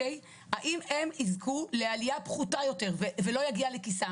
האם הם יזכו לעלייה פחותה יותר וזה לא יגיע לכיסם?